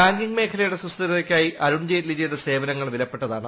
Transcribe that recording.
banking മേഖലയുടെ സുസ്ഥിരതയ്ക്കായി അരുൺ ജെയ്റ്റ്ലി ്ചെയ്ത സേവനങ്ങൾ വിലപ്പെട്ടതാണ്